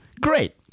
Great